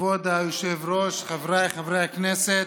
כבוד היושב-ראש, חבריי חברי הכנסת,